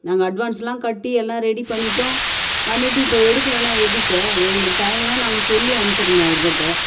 நாங்கள் அட்வான்ஸெலாம் கட்டி எல்லாம் ரெடி பண்ணிட்டோம் பண்ணிவிட்டு இப்போது எடுக்கலைனா எப்படி சார் எங்களுக்கு டைமெலாம் நாங்கள் சொல்லி அம்ச்சுருந்தோம் அவருக்கிட்டே